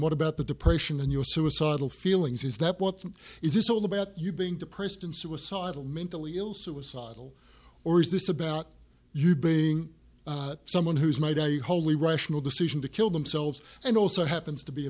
what about the depression and your suicidal feelings is that what is this all about you being depressed and suicidal mentally ill suicidal or is this about you being someone who's made a wholly rational decision to kill themselves and also happens to be a